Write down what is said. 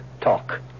talk